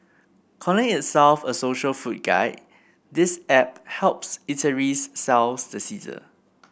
calling itself a social food guide this app helps eateries sell the sizzle